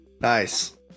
Nice